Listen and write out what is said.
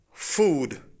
food